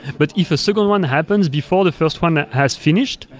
but if a second one happens before the first one has finished,